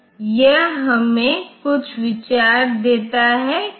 और मैं इसे ऋण 1 से गुणा करने की कोशिश कर रहा हूं